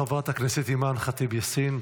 חברת הכנסת אימאן ח'טיב יאסין,